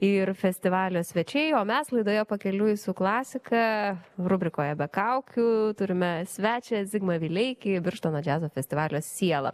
ir festivalio svečiai o mes laidoje pakeliui su klasika rubrikoje be kaukių turime svečią zigmą vileikį birštono džiazo festivalio sielą